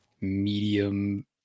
medium